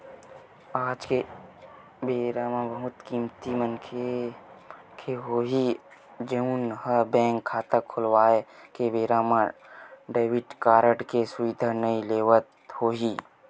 आज के बेरा म बहुते कमती मनखे होही जउन ह बेंक खाता खोलवाए के बेरा म डेबिट कारड के सुबिधा नइ लेवत होही